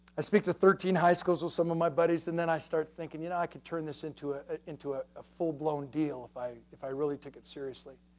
i speak to thirteen high-schools, with some of my buddies and then i start thinking, you know, i could turn this into a ah full-blown deal if i if i really took it seriously.